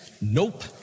Nope